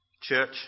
Church